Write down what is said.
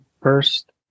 first